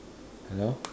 hello